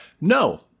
No